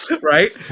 Right